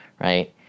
right